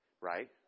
right